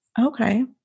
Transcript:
Okay